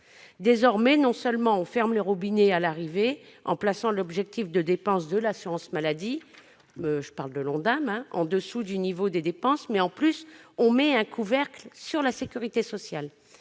Désormais, non seulement on ferme le robinet à l'arrivée, en plaçant l'Objectif national des dépenses d'assurance maladie, l'Ondam, sous le niveau des dépenses, mais aussi on met un couvercle sur la sécurité sociale.